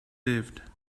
lived